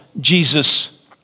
Jesus